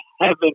heaven